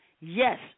yes